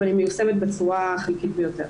אבל היא מיושמת בצורה חלקית ביותר.